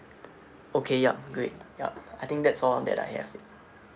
okay yup great yup I think that's all that I have